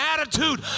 attitude